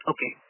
Okay